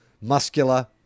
muscular